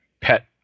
pet